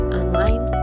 online